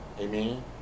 Amen